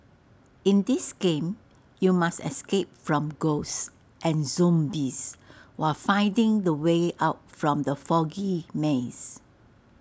in this game you must escape from ghosts and zombies while finding the way out from the foggy maze